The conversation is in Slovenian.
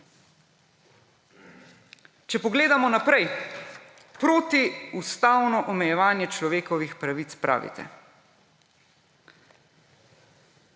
Če pogledamo naprej, protiustavno omejevanje človekovih pravic pravite.